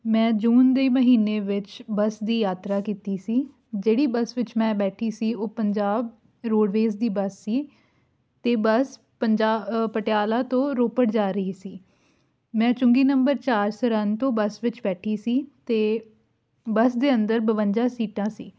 ਮੈਂ ਜੂਨ ਦੇ ਮਹੀਨੇ ਵਿੱਚ ਬੱਸ ਦੀ ਯਾਤਰਾ ਕੀਤੀ ਸੀ ਜਿਹੜੀ ਬੱਸ ਵਿੱਚ ਮੈਂ ਬੈਠੀ ਸੀ ਉਹ ਪੰਜਾਬ ਰੋਡਵੇਜ਼ ਦੀ ਬੱਸ ਸੀ ਅਤੇ ਬੱਸ ਪੰਜਾ ਪਟਿਆਲਾ ਤੋਂ ਰੋਪੜ ਜਾ ਰਹੀ ਸੀ ਮੈਂ ਚੂੰਗੀ ਨੰਬਰ ਚਾਰ ਸਰਹਿੰਦ ਤੋਂ ਬੱਸ ਵਿੱਚ ਬੈਠੀ ਸੀ ਅਤੇ ਬੱਸ ਦੇ ਅੰਦਰ ਬਵੰਜਾ ਸੀਟਾਂ ਸੀ